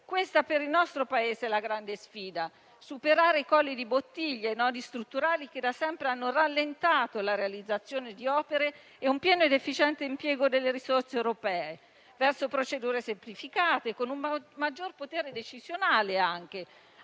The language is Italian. Questa per il nostro Paese è la grande sfida: superare i colli di bottiglia e i nodi strutturali che da sempre hanno rallentato la realizzazione di opere e un pieno ed efficiente impiego delle risorse europee verso procedure semplificate, con un maggior potere decisionale, anche